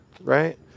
right